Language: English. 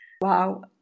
Wow